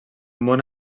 món